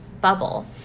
bubble